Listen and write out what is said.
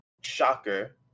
shocker